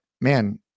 man